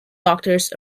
doctors